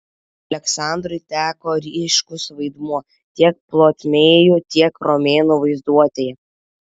aleksandrui teko ryškus vaidmuo tiek ptolemėjų tiek romėnų vaizduotėje